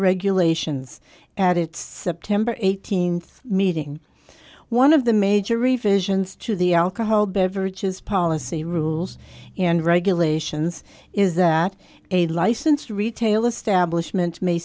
regulations at its september eighteenth meeting one of the major revisions to the alcohol beverage as policy rules and regulations is that a licensed retail establishment m